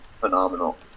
phenomenal